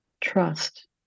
Trust